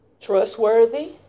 Trustworthy